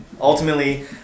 Ultimately